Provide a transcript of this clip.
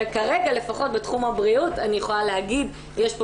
וכרגע לפחות בתחום הבריאות אני יכולה להגיד שיש פה